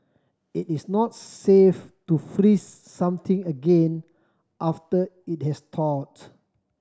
it is not safe to freeze something again after it has thawed